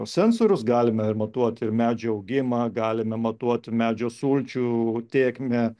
sensorius galime ir matuot ir medžio augimą galime matuot medžio sulčių tėkmę